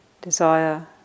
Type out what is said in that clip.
desire